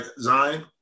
Zion